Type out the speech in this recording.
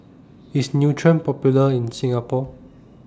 IS Nutren Popular in Singapore